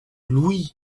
louis